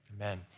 Amen